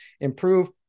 improve